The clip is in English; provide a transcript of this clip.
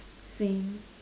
same